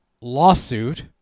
lawsuit